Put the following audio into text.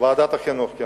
בוועדת החינוך.